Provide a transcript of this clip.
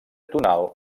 tonal